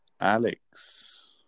Alex